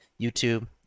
YouTube